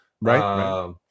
right